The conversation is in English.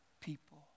people